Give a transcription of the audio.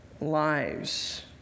lives